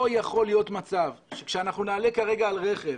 לא יכול להיות מצב שכאשר נעלה כרגע על רכב,